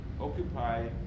occupy